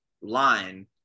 line